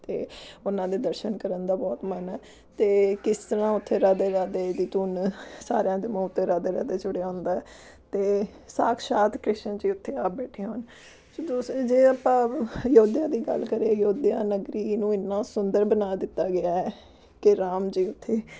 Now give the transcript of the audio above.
ਅਤੇ ਉਹਨਾਂ ਦੇ ਦਰਸ਼ਨ ਕਰਨ ਦਾ ਬਹੁਤ ਮਨ ਹੈ ਅਤੇ ਕਿਸ ਤਰ੍ਹਾਂ ਉੱਥੇ ਰਾਧੇ ਰਾਧੇ ਦੀ ਧੁੰਨ ਸਾਰਿਆਂ ਦੇ ਮੂੰਹ 'ਤੇ ਰਾਧੇ ਰਾਧੇ ਜੁੜਿਆ ਹੁੰਦਾ ਹੈ ਅਤੇ ਸਾਕਸ਼ਾਤ ਕ੍ਰਿਸ਼ਨ ਜੀ ਉੱਥੇ ਆਪ ਬੈਠੇ ਹੋਣ ਦੂਸਰੇ ਜੇ ਆਪਾਂ ਅਯੋਧਿਆ ਦੀ ਗੱਲ ਕਰੀਏ ਅਯੋਧਿਆ ਨਗਰੀ ਇਹਨੂੰ ਇੰਨਾਂ ਸੁੰਦਰ ਬਣਾ ਦਿੱਤਾ ਗਿਆ ਕਿ ਰਾਮ ਜੀ ਉਥੇ